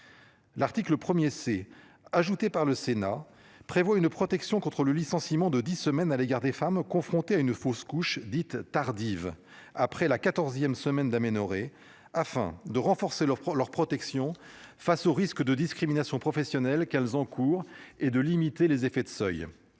L'article premier s'est ajoutée par le Sénat, prévoit une protection contre le licenciement de 10 semaines à l'égard des femmes confrontées à une fausse couche dites tardives après la 14ème semaine d'aménorrhée afin de renforcer leur leur protection face au risque de discriminations professionnelles qu'elles encourent et de limiter les effets de seuil.